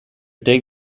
take